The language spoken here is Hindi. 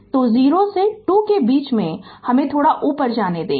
तो 0 से 2 के बीच में हमे थोड़ा ऊपर जाने दें